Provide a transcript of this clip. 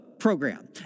program